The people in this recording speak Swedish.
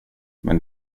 men